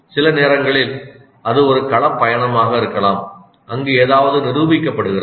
சில நேரங்களில் அது ஒரு களப் பயணமாக இருக்கலாம் அங்கு ஏதாவது நிரூபிக்கப்படுகிறது